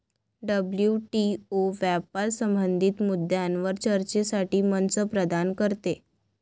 WTO व्यापार संबंधित मुद्द्यांवर चर्चेसाठी मंच प्रदान करते